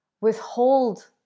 withhold